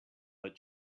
that